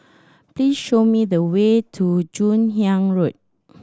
please show me the way to Joon Hiang Road